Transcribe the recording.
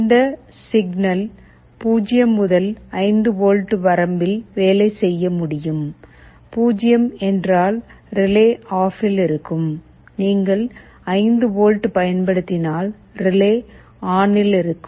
இந்த சிக்னல் 0 முதல் 5 வோல்ட் வரம்பில் வேலை செய்ய முடியும் 0 என்றால் ரிலே ஆஃப்பில் இருக்கும் நீங்கள் 5 வோல்ட் பயன்படுத்தினால் ரிலே ஆனில் இருக்கும்